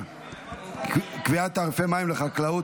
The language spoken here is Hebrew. קביעת תעריפי מים לחקלאות),